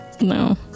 No